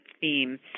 theme